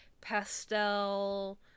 pastel